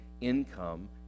income